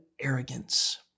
arrogance